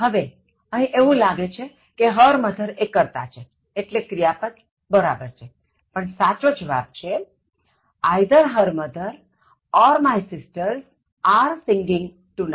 હવે એવું લાગે છે કે her mother એ કર્તા છે એટલે ક્રિયાપદ બરાબર છે પણ સાચો જવાબ છે Either her mother or my sisters are singing tonight